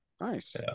Nice